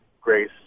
grace